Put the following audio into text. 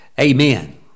amen